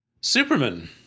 Superman